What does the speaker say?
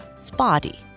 Spotty